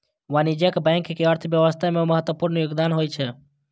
वाणिज्यिक बैंक के अर्थव्यवस्था मे महत्वपूर्ण योगदान होइ छै